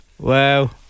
wow